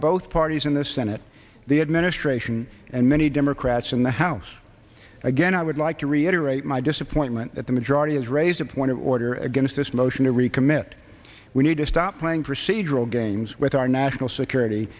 both parties in the senate the administration and many democrats in the house again i would like to reiterate my disappointment that the majority is raise a point of order against this motion to recommit we need to stop playing procedural games with our national security